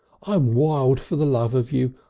i'm wild for the love of you!